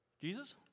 Jesus